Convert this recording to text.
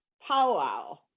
powwow